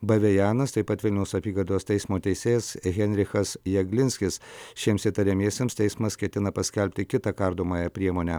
bavejanas taip pat vilniaus apygardos teismo teisėjas henrichas jaglinskis šiems įtariamiesiems teismas ketina paskelbti kitą kardomąją priemonę